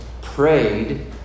prayed